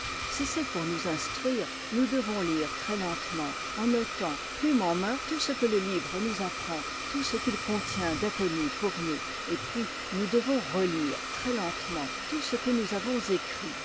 si c'est pour nous instruire nous devons lire très lentement en notant plume en main tout ce que le livre nous apprend tout ce qu'il contient d'inconnu pour nous et puis nous devons relire très lentement tout ce que nous avons écrit